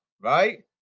right